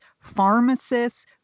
pharmacists